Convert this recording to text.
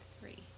three